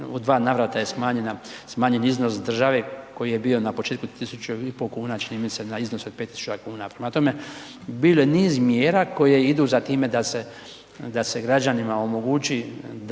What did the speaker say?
u dva navrata je smanjen iznos države, koji je bio na početku 1500 kn, čini mi se na iznos od 5000 kn. Prema tome, bilo je niz mjera koje idu za time, da se građanima omogući da